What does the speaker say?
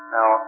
Now